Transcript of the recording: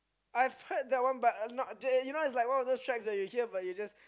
I've heard that one but no it's like one of those tracks that you hear but you just